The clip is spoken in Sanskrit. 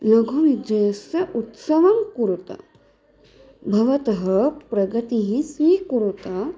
लघुविजयस्य उत्सवं कुरुत भवतः प्रगतिः स्वीकुरुत